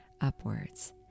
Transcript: upwards